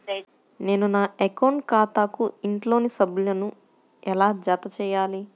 నేను నా అకౌంట్ ఖాతాకు ఇంట్లోని సభ్యులను ఎలా జతచేయాలి?